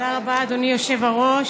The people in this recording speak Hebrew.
תודה רבה, אדוני היושב-ראש,